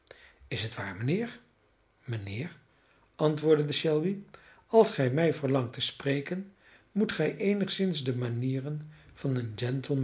is het waar mijnheer mijnheer antwoordde shelby als gij mij verlangt te spreken moet gij eenigszins de manieren van een